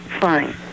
fine